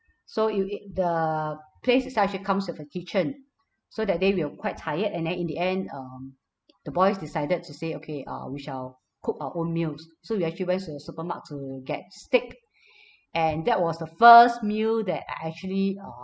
so you it the place itself actually comes with a kitchen so that day we were quite tired and then in the end um the boys decided to say okay uh we shall cook our own meals so we actually went to the supermart to get steak and that was the first meal that I actually uh